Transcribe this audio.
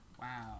Wow